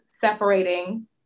separating